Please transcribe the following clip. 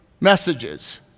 messages